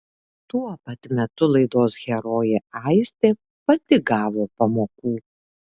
tuo pat metu laidos herojė aistė pati gavo pamokų